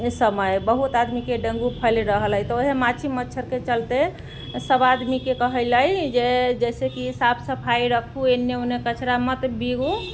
इस समय बहुत आदमीके डेंगू फैल रहल हय तऽ ओहे माछी मच्छरके चलते सब आदमीके कहै लए जैसे कि साफ सफाइ राखु एने ओने कचड़ा मत बीगु